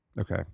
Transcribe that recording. Okay